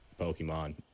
Pokemon